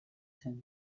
zen